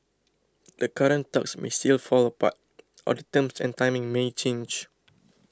the current talks may still fall apart or the terms and timing may change